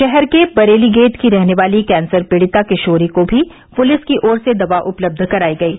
शहर के बरेली गेट की रहने वाली कैंसर पीड़िता किशोरी को भी पुलिस की ओर से दवा उपलब्ध करायी गयी